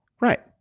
Right